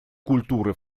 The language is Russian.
культуры